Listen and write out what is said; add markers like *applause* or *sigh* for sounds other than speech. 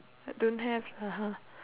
I don't have *laughs*